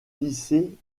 lycée